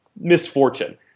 misfortune